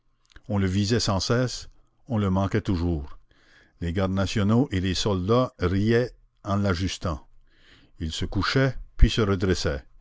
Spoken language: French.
on le visait sans cesse on le manquait toujours les gardes nationaux et les soldats riaient en l'ajustant il se couchait